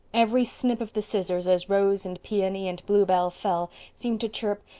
every snip of the scissors, as rose and peony and bluebell fell, seemed to chirp,